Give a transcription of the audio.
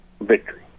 victory